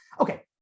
Okay